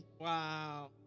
Wow